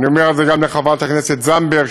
אני אומר את זה גם לחברת הכנסת זנדברג,